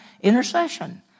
intercession